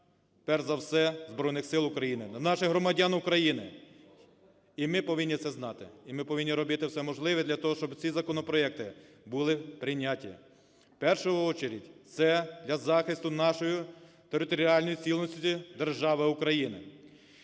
перш за все, Збройних Сил України, для наших громадян України, і ми повинні це знати. І ми повинні робити все можливе для того, щоб ці законопроекти були прийняті, в першу чергу, це для захисту нашої територіальної цілісності держави Україна.